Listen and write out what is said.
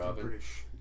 British